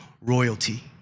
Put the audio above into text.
royalty